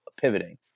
pivoting